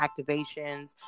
activations